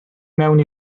mewn